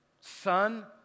Son